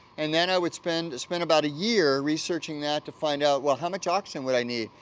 and then i would spend, spend about a year researching that to find out well, how much oxygen would i need?